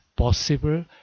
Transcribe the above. Possible